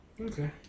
Okay